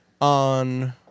on